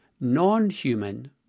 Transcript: non-human